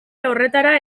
horretara